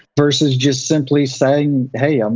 versus just simply saying, hey, um